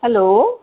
hello